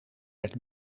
werd